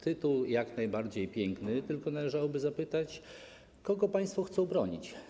Tytuł jak najbardziej piękny, tylko należałoby zapytać: Kogo państwo chcą bronić?